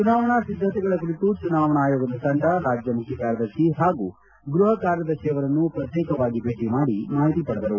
ಚುನಾವಣಾ ಸಿದ್ದತೆಗಳ ಕುರಿತು ಚುನಾವಣಾ ಆಯೋಗದ ತಂಡ ರಾಜ್ಯ ಮುಖ್ಯಕಾರ್ಯದರ್ಶಿ ಹಾಗೂ ಗ್ವಹ ಕಾರ್ಯದರ್ಶಿಯವರನ್ನು ಪ್ರತ್ತೇಕವಾಗಿ ಭೇಟ ಮಾಡಿ ಮಾಹಿತಿ ಪಡೆದರು